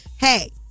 Hey